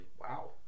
Wow